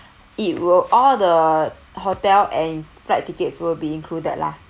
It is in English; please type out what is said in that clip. it will all the hotel and flight tickets will be included lah